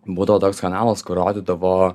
būdavo toks kanalas kur rodydavo